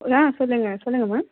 ஆ சொல்லுங்க சொல்லுங்க மேம்